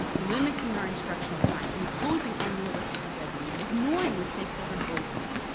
limiting our instructional time, imposing unrealistic scheduling, ignoring the stakeholders' voices,